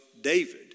David